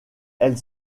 elle